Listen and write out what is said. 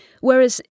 Whereas